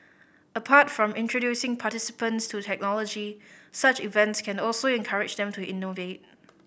apart from introducing participants to technology such events can also encourage them to innovate